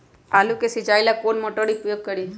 आलू के सिंचाई ला कौन मोटर उपयोग करी?